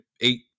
eight